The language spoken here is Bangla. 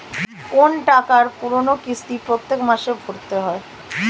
কোন টাকার পুরো কিস্তি প্রত্যেক মাসে ভরতে হয়